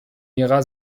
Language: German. mira